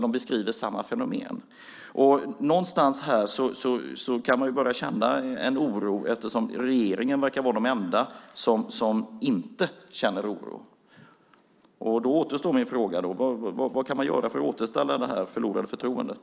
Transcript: De beskriver samma fenomen. Någonstans här kan man börja känna en oro eftersom det verkar vara bara regeringen som inte känner oro. Då återstår min fråga: Vad kan man göra för att återställa det förlorade förtroendet?